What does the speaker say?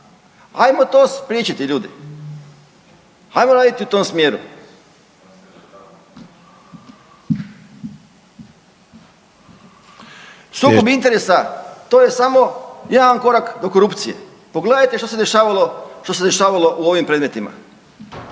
Ajmo to spriječiti ljudi, ajmo raditi u tom smjeru. Sukob interesa to je samo jedan korak do korupcije. Pogledajte što se dešavalo, što se dešavalo